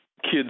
kids